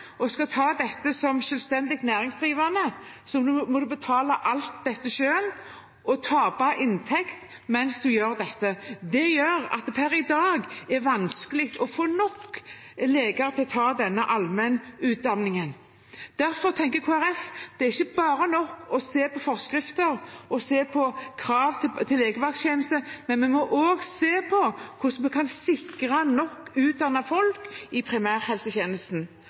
og skal ta utdanningen som selvstendig næringsdrivende, må en betale alt selv og tape inntekt mens en gjør det. Det gjør at det per i dag er vanskelig å få nok leger til å ta denne allmennutdanningen. Derfor tenker Kristelig Folkeparti at det er ikke nok bare å se på forskrifter og på krav til legevaktstjeneste. Vi må også se på hvordan vi kan sikre nok utdannede folk i primærhelsetjenesten.